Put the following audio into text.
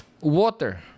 water